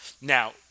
Now